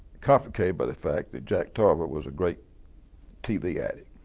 complicated by the fact that jack tarver was a great tv addict.